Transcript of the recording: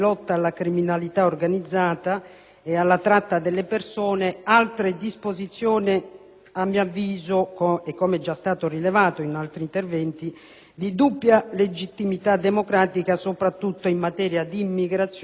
e alla tratta delle persone, altre disposizioni che, come è già stato rilevato in altri interventi, sono di dubbia legittimità democratica, soprattutto in materia di immigrazione e di controllo sociale.